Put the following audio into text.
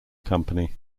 company